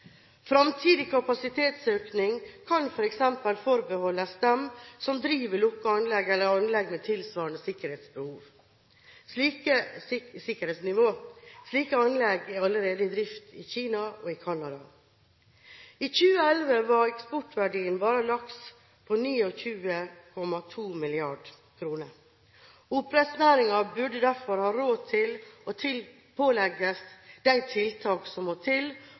kapasitetsøkning kan f.eks. forbeholdes dem som driver lukkede anlegg eller anlegg med tilsvarende sikkerhetsnivå. Slike anlegg er allerede i drift i Kina og i Canada. I 2011 var eksportverdien bare av laks på 29,2 mrd. kr. Oppdrettsnæringen burde derfor ha råd til å bli pålagt de tiltak som må til